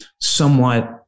somewhat